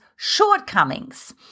shortcomings